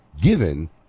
given